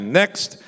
next